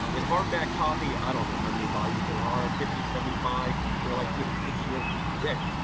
um in hardback copy, i don't know how many volumes there are, fifty, seventy five. they're like you know dictionary thick.